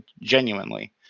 genuinely